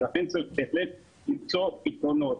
ולכן, צריך בהחלט למצוא פתרונות.